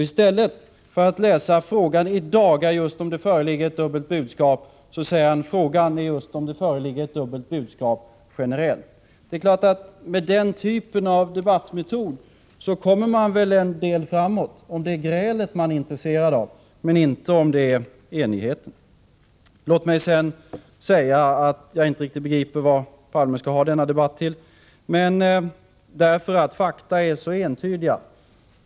I stället för att läsa: ”Frågan i dag är just om det föreligger ett dubbelt budskap”, säger han generellt: ”Frågan är just om det föreligger ett dubbelt budskap”. Med den typen av debattmetod kommer man väl en bit framåt, om det är grälet man är intresserad av — men inte om det är enigheten. Låt mig sedan säga att jag inte riktigt begriper vad Olof Palme skall ha denna debatt till. Fakta är ju så entydiga.